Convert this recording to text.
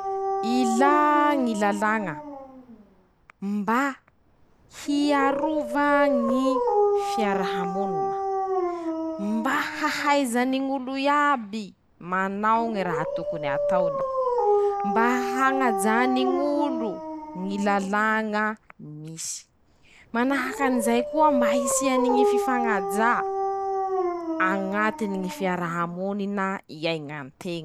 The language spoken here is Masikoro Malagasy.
Ilà ñy lalàña: -Mba hiarova ñy fiaramonina. -Mba ahaizany ñ'olo iaby manao ñy raha tokony hataony. -Mba añajany ñ'olo ñy lalàña misy. -Manahakan'izay koa mba hisiany ñy fifañajà, añatiny ñy fiarahamonina iaiñan.